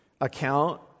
account